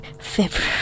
February